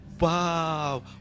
wow